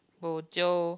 bo jio